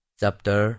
chapter